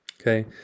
Okay